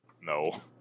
No